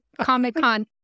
Comic-Con